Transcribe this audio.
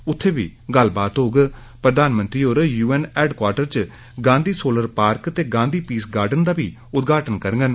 उत्थें गल्लबात होग प्रधानमंत्री होर यूएन हैल्थ क्वाटरस च गांधी सोलर पार्क ते गांधी पीस गार्डन दा बी उद्घाटन करगन